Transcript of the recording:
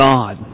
God